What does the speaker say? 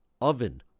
oven